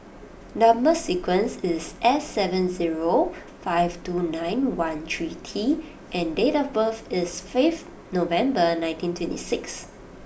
number sequence is S seven zero five two nine one three T and date of birth is fifth November nineteen twenty six